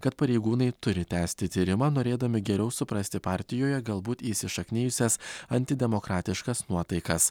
kad pareigūnai turi tęsti tyrimą norėdami geriau suprasti partijoje galbūt įsišaknijusias antidemokratiškas nuotaikas